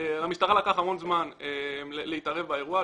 למשטרה לקח המון זמן להתערב באירוע,